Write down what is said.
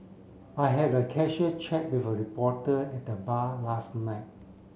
I had a casual chat with a reporter at the bar last night